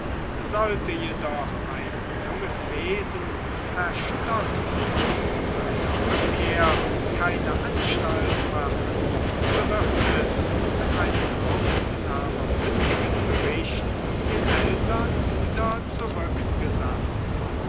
sollte jedoch ein junges wesen verstockt zu seiner rückkehr keine anstalt machen so wird es mit einem kurzen aber bündigen bericht den eltern wieder zurückgesandt